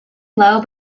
low